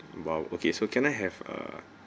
!wow! okay so can I have err